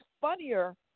funnier